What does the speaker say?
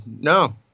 no